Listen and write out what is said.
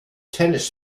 tennis